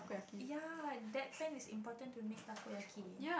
ya that pan is important to make Takoyaki